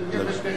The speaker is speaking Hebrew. חולה נפש אתה.